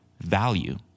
Value